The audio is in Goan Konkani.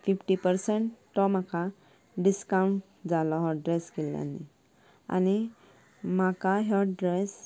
फिफ्टी पर्संट तो म्हाका डिस्कावंट जालो हो ड्रेस केल्लो आनी आनी म्हाका ह्यो ड्रेस